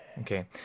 Okay